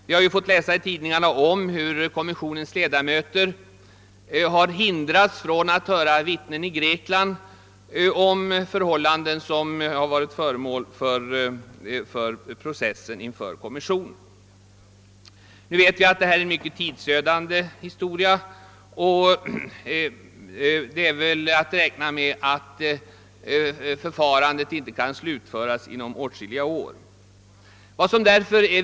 Vi har fått läsa i tidningarna om hur kommissionens ledamöter har hindrats från att höra vittnen i Grekland om förhållanden som varit föremål för process inför kommissionen. Jag vet att detta är en mycket tidsödande historia, och man får väl räkna med att förfarandet inte kan slutföras förrän om åtskilliga år.